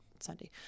sunday